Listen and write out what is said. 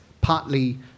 partly